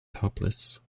topless